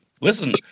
listen